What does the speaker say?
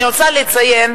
אני רוצה לציין